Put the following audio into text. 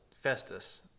Festus